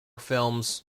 films